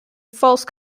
false